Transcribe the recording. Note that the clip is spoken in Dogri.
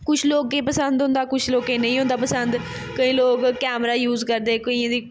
कुछ लोकें गी पसंद होंदा कुछ लोकें गी नेईं होंदा पसंद केईं लोक कैमरा यूस करदे केइयें दे